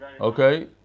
Okay